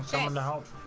so on the house